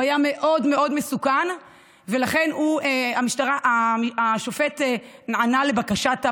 הוא היה מאוד מאוד מסוכן ולכן השופט נענה לבקשת הפרקליטות.